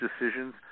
decisions